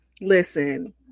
listen